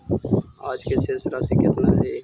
आज के शेष राशि केतना हई?